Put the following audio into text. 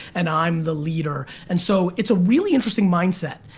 and i'm the leader. and so it's a really interesting mindset,